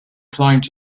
climbed